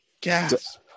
gas